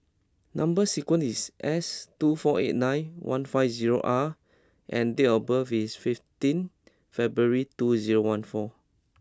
number sequence is S two four eight nine one five zero R and date of birth is fifteen February two zero one four